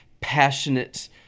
passionate